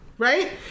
Right